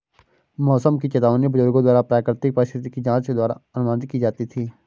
मौसम की चेतावनी बुजुर्गों द्वारा प्राकृतिक परिस्थिति की जांच द्वारा अनुमानित की जाती थी